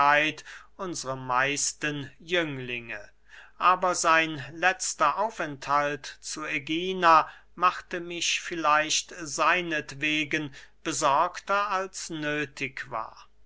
unsre meisten jünglinge aber sein letzter aufenthalt zu ägina machte mich vielleicht seinetwegen besorgter als nöthig war